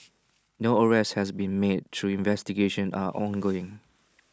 no arrests has been made though investigations are ongoing